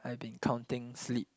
I've been counting sleep